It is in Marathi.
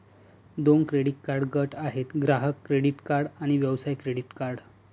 दोन क्रेडिट कार्ड गट आहेत, ग्राहक क्रेडिट कार्ड आणि व्यवसाय क्रेडिट कार्ड